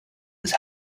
his